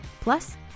Plus